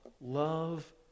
love